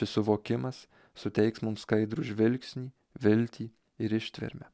šis suvokimas suteiks mums skaidrų žvilgsnį viltį ir ištvermę